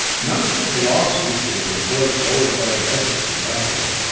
now that the velocities were perforce lowered by the effects of gravity,